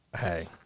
Hey